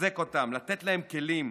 לחזק אותם, לתת להם כלים,